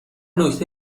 نکته